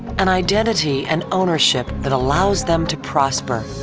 an identity and ownership that allows them to prosper,